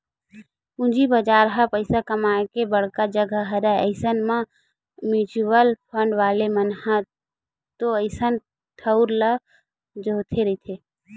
पूंजी बजार ह पइसा कमाए के बड़का जघा हरय अइसन म म्युचुअल फंड वाले मन ह तो अइसन ठउर ल जोहते रहिथे